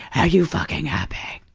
are you fucking happy?